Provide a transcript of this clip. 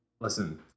Listen